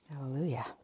Hallelujah